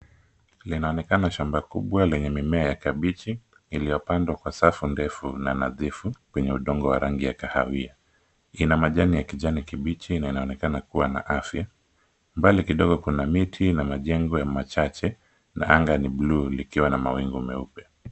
Linaonekana shamba kubwa lenye mimea ya kabichi, iliopandwa kwa safu ndefu na nadhifu kwenye udongo wa rangi ya kahawia, ina majani ya kijani kibichi inaonekana kuwa na afya, mbali kidogo kuna miti na majengo machache na anga ni bluu likiwa na mawingu meupe.